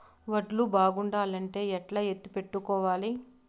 వడ్లు బాగుండాలంటే ఎట్లా ఎత్తిపెట్టుకోవాలి?